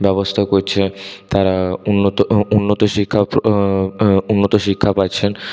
ব্যবস্থা করছে তারা উন্নত উন্নত শিক্ষা উন্নত শিক্ষা পাচ্ছেন